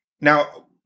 Now